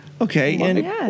Okay